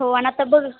हो आता बरं